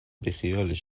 بیخیالش